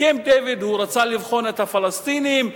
בקמפ-דייוויד הוא רצה לבחון את הפלסטינים,